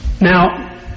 Now